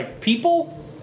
people